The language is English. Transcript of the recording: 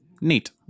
neat